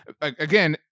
Again